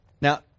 Now